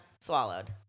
Swallowed